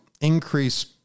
increase